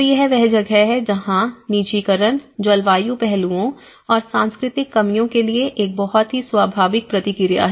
तो यह वह जगह है जहां निजीकरण जलवायु पहलुओं और सांस्कृतिक कमियों के लिए एक बहुत ही स्वाभाविक प्रतिक्रिया है